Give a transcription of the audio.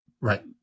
Right